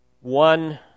one